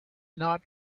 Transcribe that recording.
not